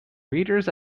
reader’s